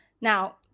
Now